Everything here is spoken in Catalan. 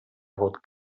hagut